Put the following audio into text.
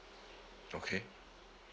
okay